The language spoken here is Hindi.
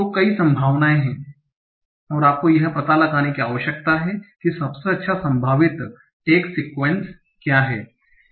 तो कई संभावनाएं हैं और आपको यह पता लगाने की आवश्यकता है कि सबसे अच्छा संभावित टैग सीक्वेंस क्या है